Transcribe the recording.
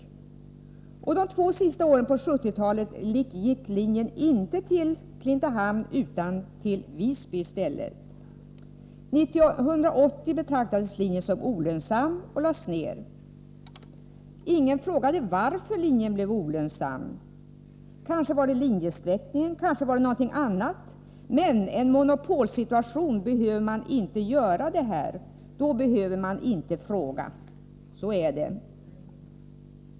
Under de två sista åren på 1970-talet gick linjen inte till Klintehamn utan i stället till Visby. År 1980 betraktades linjen som olönsam och lades ner. Ingen frågade varför linjen blev olönsam. Kanske var det linjesträckningen, kanske var det någonting annat — i en monopolsituation behöver man inte fråga. Så är det.